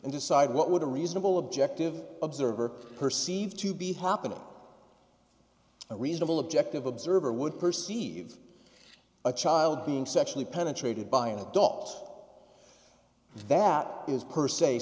and decide what would a reasonable objective observer perceive to be happening a reasonable objective observer would perceive a child being sexually penetrated by an adult that is per s